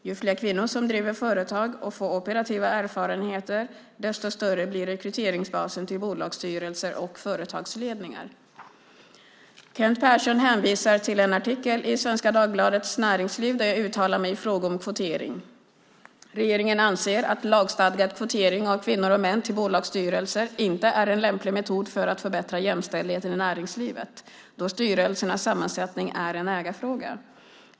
Ju fler kvinnor som driver företag och får operativa erfarenheter, desto större blir rekryteringsbasen till bolagsstyrelser och företagsledningar. Kent Persson hänvisar till en artikel i Svenska Dagbladet Näringsliv där jag uttalar mig i fråga om kvotering. Regeringen anser att lagstadgad kvotering av kvinnor och män till bolagsstyrelser inte är en lämplig metod för att förbättra jämställdheten i näringslivet, då styrelsernas sammansättning är en ägarfråga.